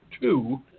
two